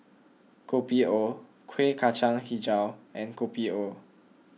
Kopi O Kueh Kacang HiJau and Kopi O